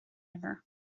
urlár